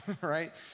right